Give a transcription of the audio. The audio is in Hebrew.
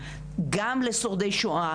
גם לשורדי שואה,